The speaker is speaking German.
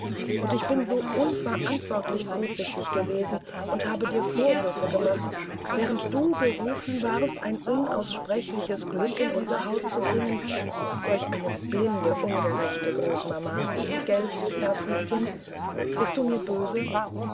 und ich bin so unverantwortlich kurzsichtig gewesen und habe dir vorwürfe gemacht während du berufen warst ein unaussprechliches glück in unser haus zu bringen solch eine blinde ungerechte großmama gelt herzenskind bist du mir böse